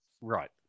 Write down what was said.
Right